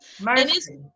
mercy